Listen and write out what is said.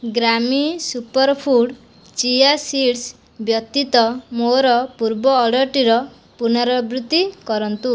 ଗ୍ରାମି superfood chia seeds ବ୍ୟତୀତ ମୋର ପୂର୍ବ ଅର୍ଡ଼ର୍ଟିର ପୁର୍ନରାଆବୃତ୍ତି କରନ୍ତୁ